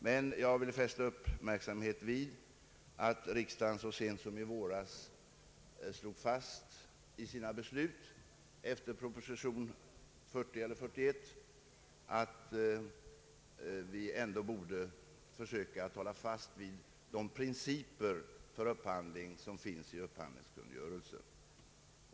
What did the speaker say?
Men jag vill fästa uppmärksamheten vid att riksdagen så sent som i våras slog fast i sitt beslut med anledning av proposition 41 att vi ändå bör försöka hålla fast vid de principer för upphandling som finns i upphandlingskungörelsen.